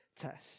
test